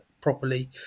properly